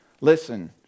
Listen